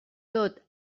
tot